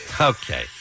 Okay